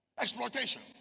Exploitation